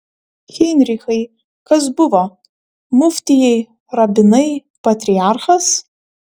heinrichai kas buvo muftijai rabinai patriarchas